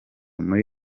muri